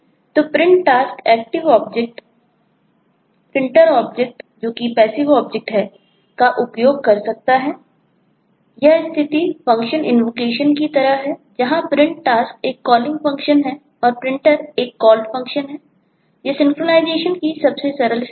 तो Print Task active object Printer object है